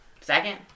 Second